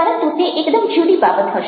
પરંતુ તે એકદમ જુદી બાબત હશે